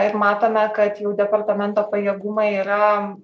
ir matome kad jau departamento pajėgumai yra